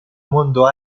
mondo